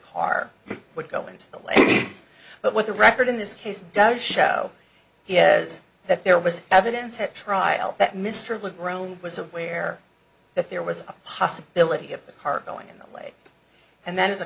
car would go into the lake but what the record in this case does show is that there was evidence at trial that mr le grown was aware that there was a possibility of the car going in the lake and that is a